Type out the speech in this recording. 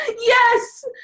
Yes